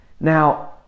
Now